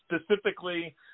specifically